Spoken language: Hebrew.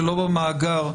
שלא במאגר,